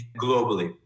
globally